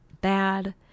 bad